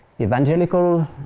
evangelical